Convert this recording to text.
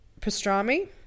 pastrami